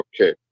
Okay